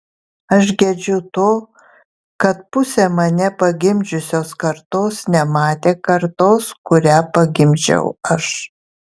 aš gedžiu to kad pusė mane pagimdžiusios kartos nematė kartos kurią pagimdžiau aš